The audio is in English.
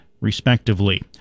respectively